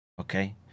okay